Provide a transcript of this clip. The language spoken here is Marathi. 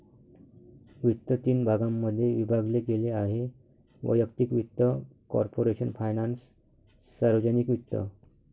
वित्त तीन भागांमध्ये विभागले गेले आहेः वैयक्तिक वित्त, कॉर्पोरेशन फायनान्स, सार्वजनिक वित्त